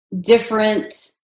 different